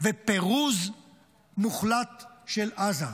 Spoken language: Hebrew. ופירוז מוחלט של עזה.